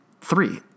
Three